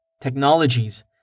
technologies